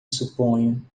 suponho